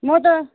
म त